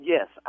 Yes